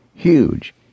huge